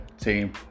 team